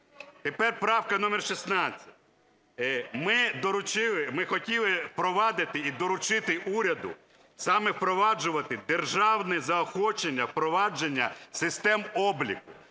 Тепер правка номер 16. Ми доручили, ми хотіли впровадити і доручити уряду саме впроваджувати державне заохочення впровадження систем обліку.